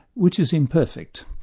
which is imperfect.